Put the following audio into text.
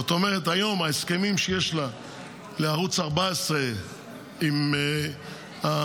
זאת אומרת היום ההסכמים שיש לערוץ 14 עם הוט,